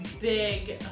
big